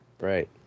Right